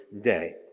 day